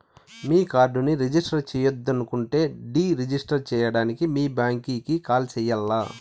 మీ కార్డుని రిజిస్టర్ చెయ్యొద్దనుకుంటే deregister సేయడానికి మీ బ్యాంకీకి కాల్ సెయ్యాల్ల